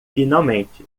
finalmente